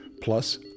plus